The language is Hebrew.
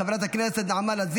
חבר הכנסת יוסף עטאונה.